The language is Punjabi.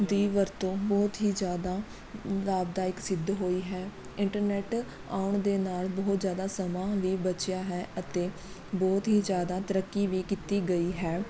ਦੀ ਵਰਤੋਂ ਬਹੁਤ ਹੀ ਜ਼ਿਆਦਾ ਲਾਭਦਾਇਕ ਸਿੱਧ ਹੋਈ ਹੈ ਇੰਟਰਨੈੱਟ ਆਉਣ ਦੇ ਨਾਲ਼ ਬਹੁਤ ਜ਼ਿਆਦਾ ਸਮਾਂ ਵੀ ਬਚਿਆ ਹੈ ਅਤੇ ਬਹੁਤ ਹੀ ਜ਼ਿਆਦਾ ਤਰੱਕੀ ਵੀ ਕੀਤੀ ਗਈ ਹੈ